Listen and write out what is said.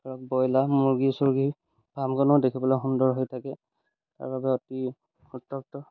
ধৰক ব্ৰইলাৰ মুৰ্গী চুৰ্গী ফাৰ্মখনো দেখিবলৈ সুন্দৰ হৈ থাকে তাৰ বাবে অতি উত্তাপ্ত